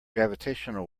gravitational